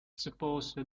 suppose